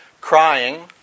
crying